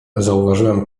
zauważyłem